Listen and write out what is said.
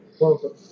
welcome